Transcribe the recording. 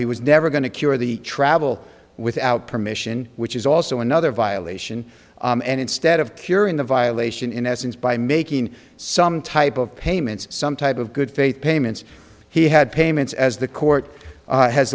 he was never going to cure the travel without permission which is also another violation and instead of curing the violation in essence by making some type of payments some type of good faith payments he had payments as the court